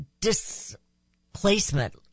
displacement